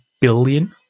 billion